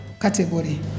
category